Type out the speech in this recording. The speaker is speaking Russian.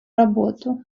работу